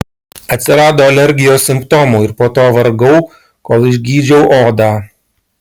atsirado alergijos simptomų ir po to vargau kol išgydžiau odą